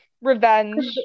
Revenge